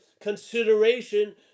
consideration